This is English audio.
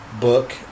book